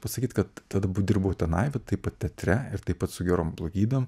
pasakyt kad tada dirbau tenai va taip pat teatre ir taip pat su gerom blogybėm